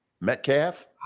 Metcalf